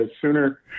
sooner